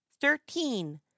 Thirteen